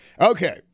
Okay